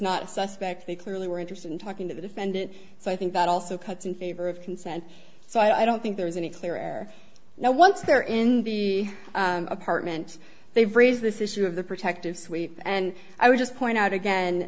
a suspect they clearly were interested in talking to the defendant so i think that also cuts in favor of consent so i don't think there is any clear air now once they're in the apartment they've raised this issue of the protective sweep and i would just point out again